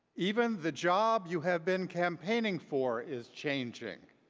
even the job you have been campaigning for is changing.